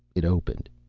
it opened.